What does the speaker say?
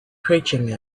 preaching